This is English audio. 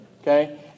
okay